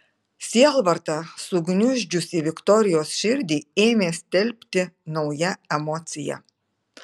sielvartą sugniuždžiusį viktorijos širdį ėmė stelbti nauja emocija